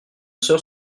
sœur